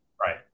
Right